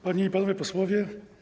Panie i Panowie Posłowie!